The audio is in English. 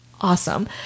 Awesome